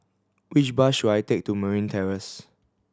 which bus should I take to Merryn Terrace